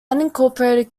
unincorporated